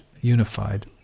unified